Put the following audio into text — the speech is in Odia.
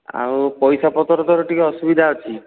ଆଉ ପଇସାପତ୍ର ତ ଟିକିଏ ଅସୁବିଧା ଅଛି